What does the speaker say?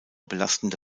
belastende